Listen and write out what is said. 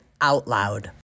OUTLOUD